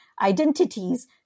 identities